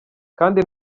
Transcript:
kandi